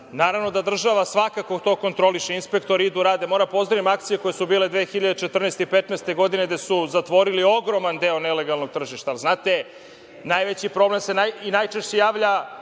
potrebe. Naravno da država svakako to kontroliše, inspektori idu, rade. Moram da pozdravim akcije koje su bile 2014. i 2015. godine gde su zatvorili ogroman deo nelegalnog tržišta. Znate, najveći problem i najčešći javlja